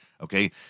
Okay